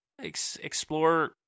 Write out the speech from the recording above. explore